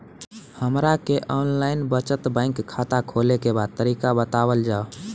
हमरा के online बचत बैंक खाता खोले के तरीका बतावल जाव?